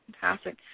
fantastic